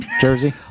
jersey